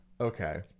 okay